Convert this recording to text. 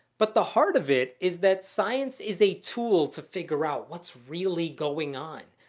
but the heart of it is that science is a tool to figure out what's really going on.